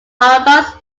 argos